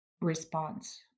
response